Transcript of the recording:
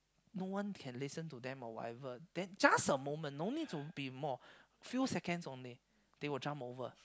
no one can listen to them or whatever then just a moment no need to be more few seconds only they will jump over